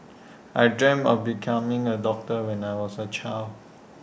I dreamt of becoming A doctor when I was A child